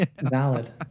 Valid